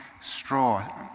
Straw